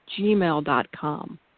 gmail.com